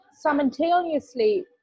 simultaneously